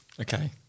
Okay